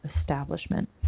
establishment